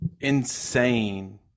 insane